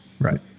right